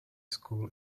school